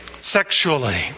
sexually